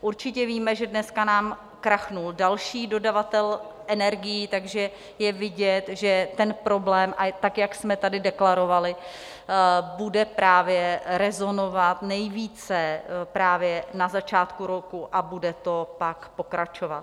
Určitě víme, že dneska nám krachnul další dodavatel energií, takže je vidět, že ten problém, tak, jak jsme tady deklarovali, bude právě rezonovat nejvíce právě na začátku roku a bude to pak pokračovat.